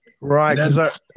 Right